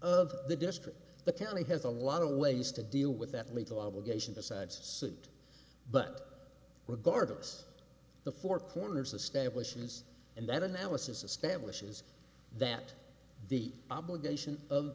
of the district the county has a lot of ways to deal with that legal obligation besides suit but regardless the four corners of stabilization is in that analysis establishes that the obligation of